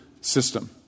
system